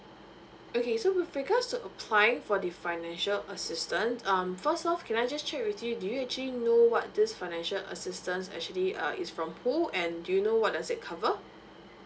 okay so with regards to applying for the financial assistance um first off can I just check with you do you actually know what this financial assistance actually uh is from who and do you know what does it cover